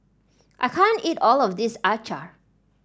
I can't eat all of this Acar